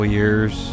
years